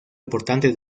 importante